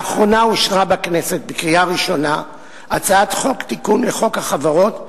לאחרונה אושרה בכנסת בקריאה ראשונה הצעת חוק לתיקון חוק החברות,